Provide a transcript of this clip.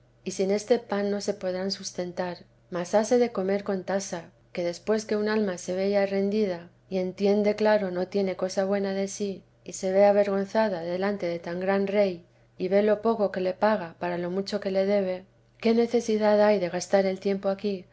y sin este pan no se podrían sustentar mas hase de comer con tasa que después que un alma se ve ya rendida y entiende claro no tiene cosa buena de sí y se ve avergonzada delante de tan gran rey y ve lo poco que le paga para lo mucho que le debe qué necesidad hay de gastar el tiempo aquí sino